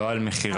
לא על מכירה.